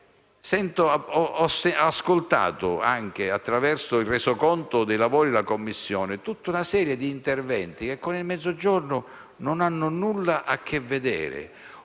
conoscenza, anche attraverso la lettura del resoconto dei lavori della Commissione, di tutta una serie di interventi che con il Mezzogiorno non hanno nulla a che vedere